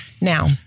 Now